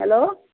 hello